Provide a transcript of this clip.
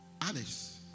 Others